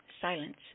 Silence